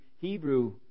Hebrew